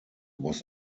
was